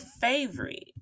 favorite